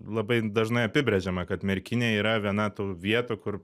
labai dažnai apibrėžiama kad merkinė yra viena tų vietų kur